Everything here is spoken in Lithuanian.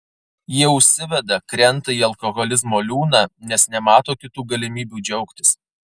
jie užsiveda krenta į alkoholizmo liūną nes nemato kitų galimybių džiaugtis